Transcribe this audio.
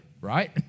right